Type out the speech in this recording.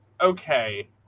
okay